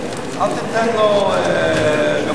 אל תיתן לו רמזים,